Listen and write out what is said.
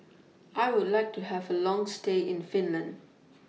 I Would like to Have A Long stay in Finland